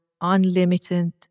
unlimited